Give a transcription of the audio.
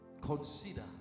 consider